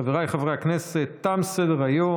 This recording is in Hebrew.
חבריי חברי הכנסת, תם סדר-היום.